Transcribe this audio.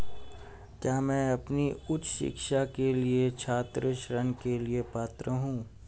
क्या मैं अपनी उच्च शिक्षा के लिए छात्र ऋण के लिए पात्र हूँ?